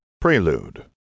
Prelude